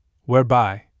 whereby